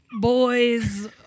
boys